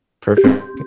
Perfect